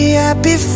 happy